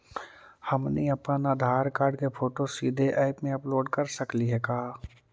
हमनी अप्पन आधार कार्ड के फोटो सीधे ऐप में अपलोड कर सकली हे का?